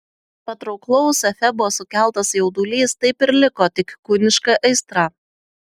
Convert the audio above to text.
patrauklaus efebo sukeltas jaudulys taip ir liko tik kūniška aistra